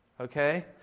okay